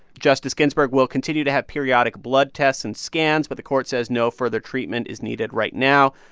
justice ginsburg will continue to have periodic blood tests and scans, but the court says no further treatment is needed right now.